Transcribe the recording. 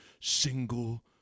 single